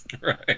right